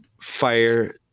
fire